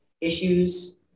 issues